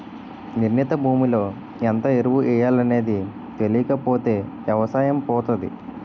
నిర్ణీత భూమిలో ఎంత ఎరువు ఎయ్యాలనేది తెలీకపోతే ఎవసాయం పోతాది